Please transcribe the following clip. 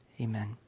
amen